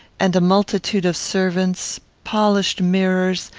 and a multitude of servants polished mirrors,